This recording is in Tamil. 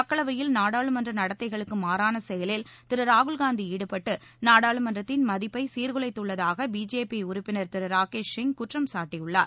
மக்களவையில் நாடாளுமன்ற நடத்தைகளுக்கு மாறான செயலில் திரு ராகுல்காந்தி ஈடுபட்டு நாடாளுமன்றத்தின் மதிப்ளப சீர்குலைத்துள்ளதாக பிஜேபி உறுப்பினர் திரு ராகேஷ் சிங் குற்றம் சாட்டியுள்ளார்